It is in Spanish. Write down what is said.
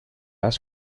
has